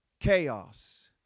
chaos